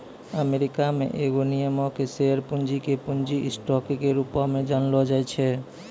America मे एगो निगमो के शेयर पूंजी के पूंजी स्टॉक के रूपो मे जानलो जाय छै